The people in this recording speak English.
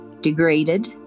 degraded